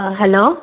hello